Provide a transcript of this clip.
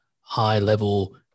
high-level